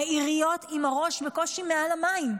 העיריות עם הראש בקושי מעל המים.